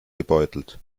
gebeutelt